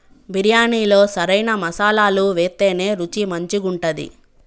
బిర్యాణిలో సరైన మసాలాలు వేత్తేనే రుచి మంచిగుంటది